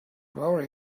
worry